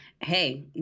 hey